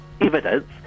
evidence